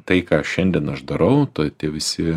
tai ką šiandien aš darau ta tie visi